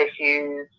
issues